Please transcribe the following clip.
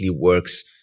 works